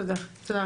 תודה רבה.